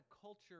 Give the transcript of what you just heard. culture